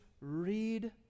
read